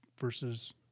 versus